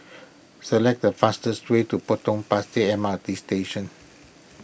select the fastest way to Potong Pasir M R T Station